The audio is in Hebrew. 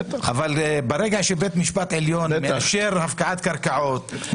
אבל ברגע שבית המשפט העליון מאשר הפקעת קרקעות,